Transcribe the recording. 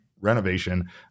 renovation